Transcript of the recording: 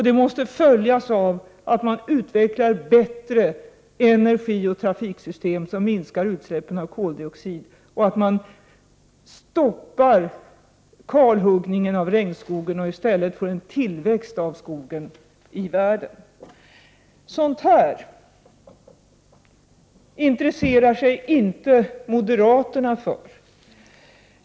Det måste följas av att man utvecklar bättre energioch trafiksystem, som minskar utsläppen av koldioxid, och att man stoppar kalhuggningen av regnskogen och i stället får en tillväxt av skogarna i världen. Sådant här intresserar sig inte moderaterna för.